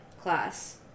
class